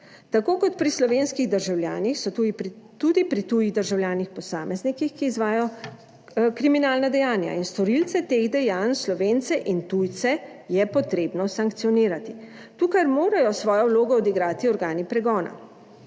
Tako kot pri slovenskih državljanih, so tudi pri tujih državljanih, posameznikih, ki izvajajo kriminalna dejanja in storilce teh dejanj, Slovence in tujce, je potrebno sankcionirati. Tukaj morajo svojo vlogo odigrati organi pregona,